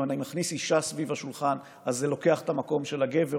אני מכניס אישה סביב השולחן אז זה לוקח את המקום של הגבר,